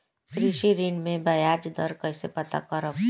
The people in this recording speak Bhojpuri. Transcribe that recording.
कृषि ऋण में बयाज दर कइसे पता करब?